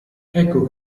ecco